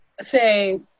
say